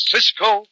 Cisco